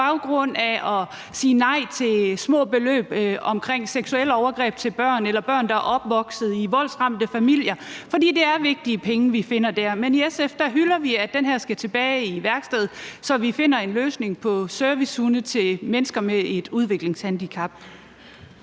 baggrund af at sige nej til små beløb omkring seksuelle overgreb mod børn eller børn, der er opvokset i voldsramte familier? For det er vigtige penge, vi finder der. Men i SF hylder vi, at det her skal tilbage i værkstedet, så vi finder en løsning med servicehunde til mennesker med et udviklingshandicap.